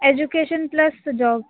education plus job